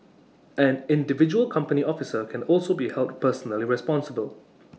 an individual company officer can also be held personally responsible